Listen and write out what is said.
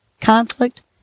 conflict